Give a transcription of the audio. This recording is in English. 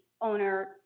owner